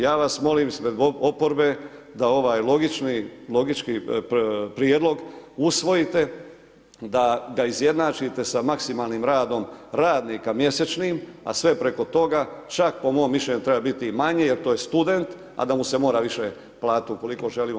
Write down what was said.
Ja vas molim ispred oporbe, da ovaj logički prijedlog, usvojite da ga izjednačite sa maksimalnim radom radnika mjesečnim, a sve preko toga, čak po mom mišljenju treba biti manje, jer to je student, a da mu se mora više platiti, ukoliko želimo